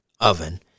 oven